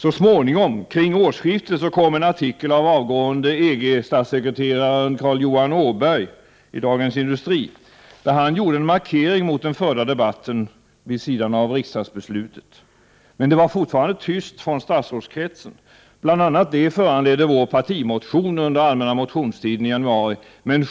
Så småningom, kring årsskiftet, kom en artikel i Dagens Industri där avgående EG-statssekreteraren Carl-Johan Åberg gjorde en markering mot den förda debatten vid sidan av riksdagsbeslutet. Men det var fortfarande tyst från statsrådskretsen. Bl.a. det föranledde vår partimotion under allmänna motionstiden i januari.